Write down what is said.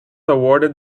awarded